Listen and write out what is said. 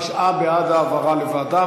תשעה בעד העברה לוועדה,